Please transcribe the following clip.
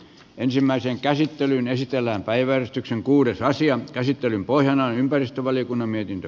ensimmäisen käsittelyn esitellään päiväystyksen kuudesta asian käsittelyn pohjana on ympäristövaliokunnan mietintö